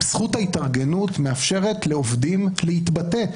זכות ההתארגנות מאפשרת לעובדים להתבטא.